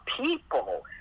people